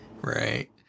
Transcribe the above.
Right